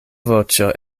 voĉo